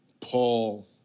Paul